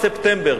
ספטמבר.